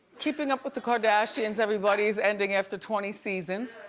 keeping up with the kardashians, everybody, is ending after twenty seasons.